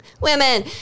Women